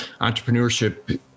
entrepreneurship